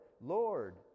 Lord